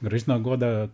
gražina goda